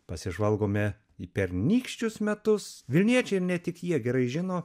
pasižvalgome į pernykščius metus vilniečiai ir ne tik jie gerai žino